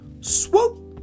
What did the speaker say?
Swoop